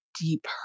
deep